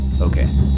Okay